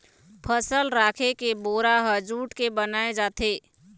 फसल राखे के बोरा ह जूट के बनाए जाथे